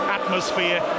atmosphere